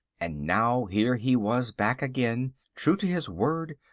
and now here he was back again, true to his word,